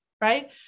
right